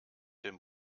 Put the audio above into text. dem